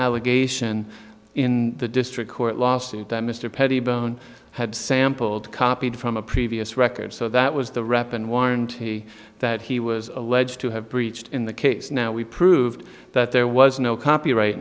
allegation in the district court lawsuit that mr perry byrne had sampled copied from a previous record so that was the rap and warranty that he was alleged to have breached in the case now we proved that there was no copyright